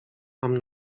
mam